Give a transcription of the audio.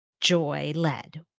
joy-led